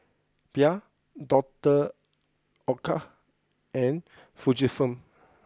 Bia Doctor Oetker and Fujifilm